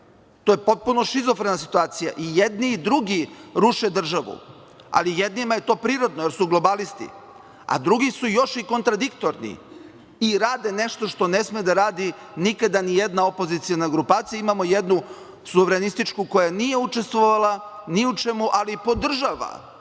To je potpuno šizofrena situacija. I jedni i drugi ruše državu, ali jednima je to prirodno jer su globalisti, a drugi su još i kontradiktorni i rade nešto što ne sme da radi nikada nijedna opoziciona grupacija. Imamo jednu suverenističku koja nije učestvovali ni u čemu, ali podržava